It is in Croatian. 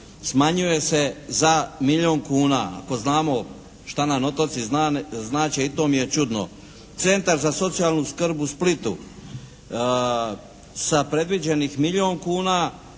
smanjuje se za milijun kuna. Ako znamo što nam otoci znače i to mi je čudno? Centar za socijalnu skrb u Splitu sa predviđenih milijun kuna